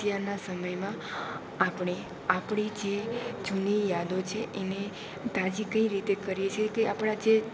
અત્યારના સમયમાં આપણે આપણી જે જૂની યાદો છે એને તાજી કઈ રીતે કરીએ છીએ તે આપણાં જે